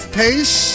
pace